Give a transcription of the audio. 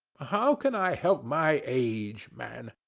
how can i help my age, man?